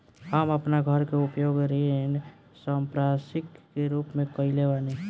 हम आपन घर के उपयोग ऋण संपार्श्विक के रूप में कइले बानी